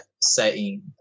setting